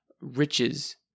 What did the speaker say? riches